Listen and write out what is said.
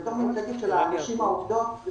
בתור המייצגת של הנשים העובדות,